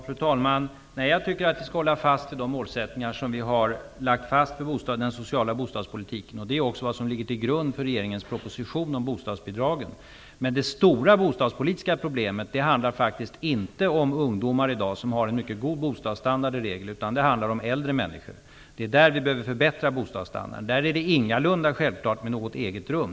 Fru talman! Jag tycker att vi skall hålla fast vid de målsättningar som vi har framlagt i den sociala bostadspolitiken. Det är också vad som ligger till grund för regeringens proposition om bostadsbidragen. Men det stora bostadspolitiska problemet handlar faktiskt inte om ungdomar, som i dag i regel har en mycket god bostadsstandard. Det handlar i stället om äldre människor. För dem behöver vi förbättra bostadsstandarden. För dem är det ingalunda självklart med något eget rum.